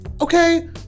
okay